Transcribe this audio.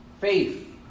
faith